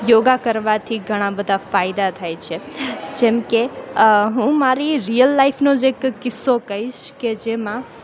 યોગ કરવાથી ઘણા બધા ફાયદા થાય છે જેમ કે હું મારી રિયલ લાઇફનો જ એક કિસ્સો કહીશ કે જેમાં